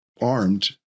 armed